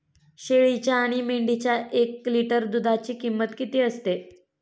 शेळीच्या आणि मेंढीच्या एक लिटर दूधाची किंमत किती असते?